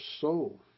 soul